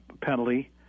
penalty